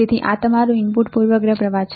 તેથી આ તમારું ઇનપુટ પૂર્વગ્રહ પ્રવાહ છે